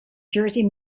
jersey